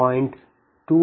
4285 p